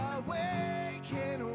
awaken